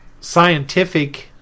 scientific